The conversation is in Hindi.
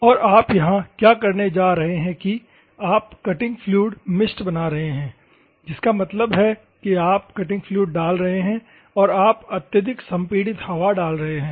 तो आप यहां क्या करने जा रहे हैं कि आप कटिंग फ्लुइड मिस्ट बना रहे हैं इसका मतलब है कि आप कटिंग फ्लुइड डाल रहे हैं और आप अत्यधिक संपीड़ित हवा डाल रहे हैं